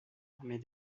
armée